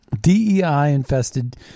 DEI-infested